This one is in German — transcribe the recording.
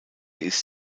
ist